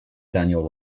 daniel